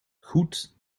goed